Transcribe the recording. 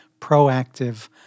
proactive